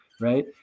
right